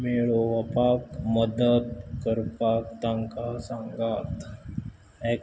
मेळोवपाक मदत करपाक तांकां सांगात एक